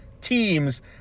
teams